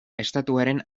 estatuaren